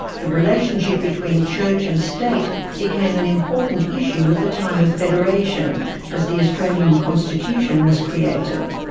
the relationship between church and state became an important issue at the time of federation as the australian constitution was created.